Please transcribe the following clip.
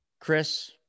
Chris